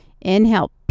inhale